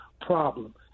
problem